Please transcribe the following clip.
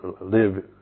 live